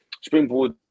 springboard